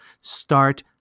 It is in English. start